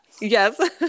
Yes